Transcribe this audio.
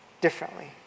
differently